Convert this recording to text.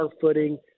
footing